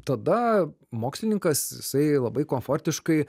tada mokslininkas jisai labai komfortiškai